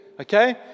Okay